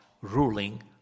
ruling